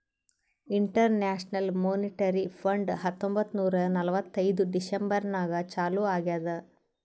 international monetary fund ಹತ್ತೊಂಬತ್ತ್ ನೂರಾ ನಲ್ವತ್ತೈದು ಡಿಸೆಂಬರ್ ನಾಗ್ ಚಾಲೂ ಆಗ್ಯಾದ್